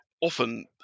often